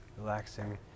relaxing